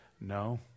No